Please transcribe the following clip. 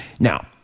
Now